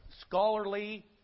scholarly